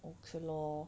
okay lor